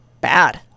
Bad